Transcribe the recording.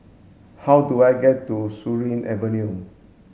how do I get to Surin Avenue